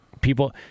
people